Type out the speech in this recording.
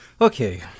Okay